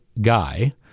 guy—